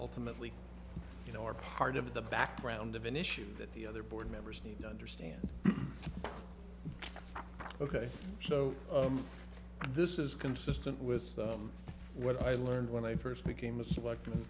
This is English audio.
ultimately you know are part of the background of an issue that the other board members need to understand ok so this is consistent with what i learned when i first became a select